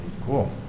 Cool